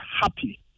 happy